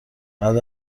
بعد